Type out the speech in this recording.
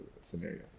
scenario